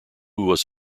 was